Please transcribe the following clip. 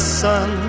sun